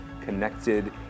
connected